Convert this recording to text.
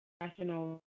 national